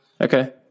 Okay